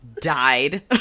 died